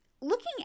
looking